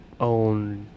own